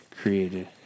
created